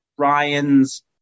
Ryan's